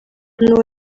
n’uwo